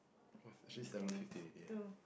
!wah! it's actually seven fifty already eh